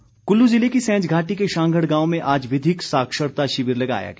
विधिक साक्षरता कल्लू जिले की सैंज घाटी के शांघड़ गांव में आज विधिक साक्षरता शिविर लगाया गया